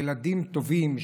ילדים טובים,